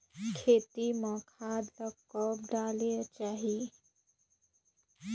खेती म खाद ला कब डालेक चाही?